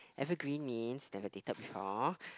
evergreen means never dated before